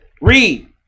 Read